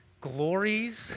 Glories